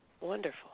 Wonderful